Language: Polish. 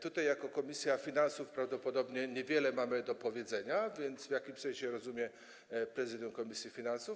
Tutaj jako komisja finansów prawdopodobnie niewiele mamy do powiedzenia, więc w jakimś sensie rozumiem prezydium komisji finansów.